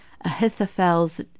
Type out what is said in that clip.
Ahithophel's